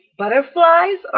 butterflies